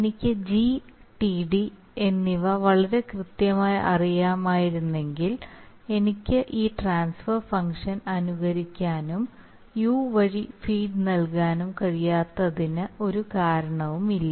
എനിക്ക് G Td എന്നിവ വളരെ കൃത്യമായി അറിയാമായിരുന്നെങ്കിൽ എനിക്ക് ഈ ട്രാൻസ്ഫർ ഫംഗ്ഷൻ അനുകരിക്കാനും u വഴി ഫീഡ് നൽകാനും കഴിയാത്തതിന് ഒരു കാരണവുമില്ല